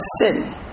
sin